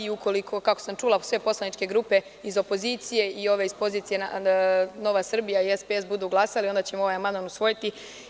Ukoliko, kako sam čula, sve poslaničke grupe iz opozicije i pozicije, NS i SPS budu glasali, onda ćemo ovaj amandman usvojiti.